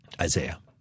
Isaiah